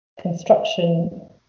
construction